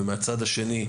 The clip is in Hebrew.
ומצד שני,